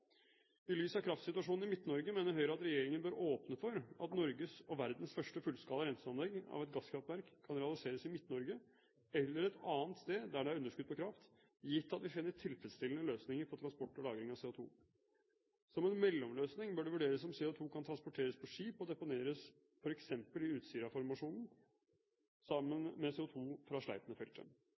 I lys av kraftsituasjonen i Midt-Norge mener Høyre at regjeringen bør åpne for at Norges og verdens første fullskala renseanlegg av et gasskraftverk kan realiseres i Midt-Norge eller et annet sted der det er underskudd på kraft, gitt at vi finner tilfredsstillende løsninger for transport og lagring av CO2. Som en mellomløsning bør det vurderes om CO2 kan transporteres på skip og deponeres f.eks. i Utsira-formasjonen, sammen med CO2 fra